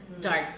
dark